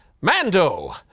Mando